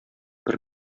бер